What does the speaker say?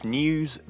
news